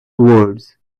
words